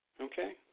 Okay